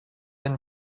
been